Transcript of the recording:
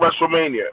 WrestleMania